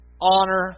honor